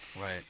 Right